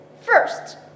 First